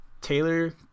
Taylor